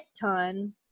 ton